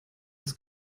das